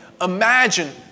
imagine